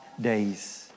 days